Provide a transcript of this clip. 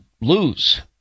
lose